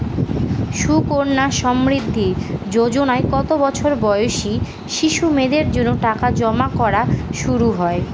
সুকন্যা সমৃদ্ধি যোজনায় কত বছর বয়সী শিশু মেয়েদের জন্য টাকা জমা করা শুরু হয়?